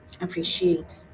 appreciate